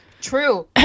True